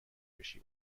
بشی